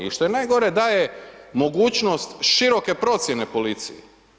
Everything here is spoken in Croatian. I šta je najgore, daje mogućnost široke procjene policiji.